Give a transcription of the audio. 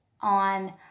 on